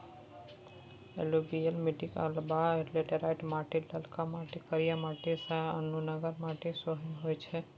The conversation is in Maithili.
एलुयुबियल मीटिक अलाबा लेटेराइट माटि, ललका माटि, करिया माटि आ नुनगर माटि सेहो होइ छै